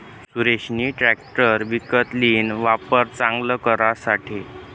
सुरेशनी ट्रेकटर विकत लीन, वावर चांगल करासाठे